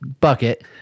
bucket